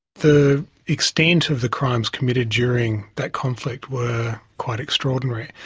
the extent of the crimes committed during that conflict were quite extraordinary.